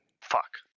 Fuck